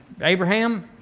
Abraham